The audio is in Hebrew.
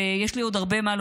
ויש לי עוד הרבה מה לומר,